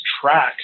track